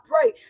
pray